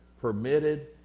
permitted